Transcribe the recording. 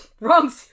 Wrong